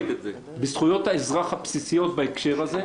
שהוועדות הרלוונטיות יספיקו לעשות את הדיון,